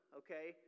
okay